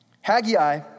Haggai